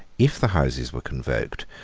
if the houses were convoked,